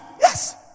yes